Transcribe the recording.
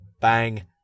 bang